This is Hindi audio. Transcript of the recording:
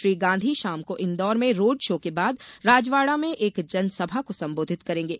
श्री गांधी शाम को इन्दौर में रोड शो के बाद राजवाड़ा में एक जनसभा को संबोधित करेंगें